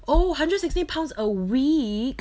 oh hundred sixty pounds a week